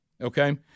okay